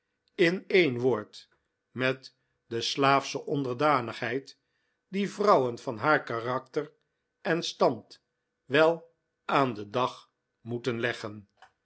in een woord met de slaafsche onderdanigheid die vrouwen van haar karakter en stand wel aan den dag moeten leggen